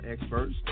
experts